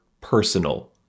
personal